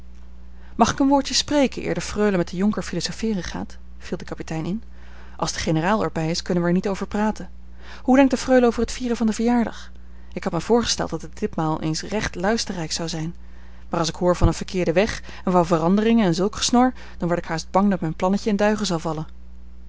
mag ik een woordje spreken eer de freule met den jonker philosopheeren gaat viel de kapitein in als de generaal er bij is kunnen wij er niet over praten hoe denkt de freule over het vieren van den verjaardag ik had mij voorgesteld dat het ditmaal eens recht luisterrijk zou zijn maar als ik hoor van een verkeerden weg en van veranderingen en zulk gesnor dan word ik haast bang dat mijn plannetje in duigen zal vallen